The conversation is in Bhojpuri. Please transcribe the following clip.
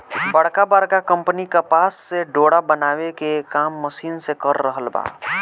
बड़का बड़का कंपनी कपास से डोरा बनावे के काम मशीन से कर रहल बा